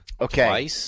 Okay